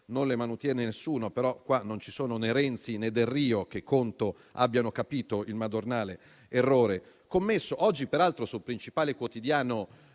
non le manutiene nessuno, però non ci sono né Renzi, né Delrio che conto abbiano capito il madornale errore commesso. Oggi, peraltro sul quotidiano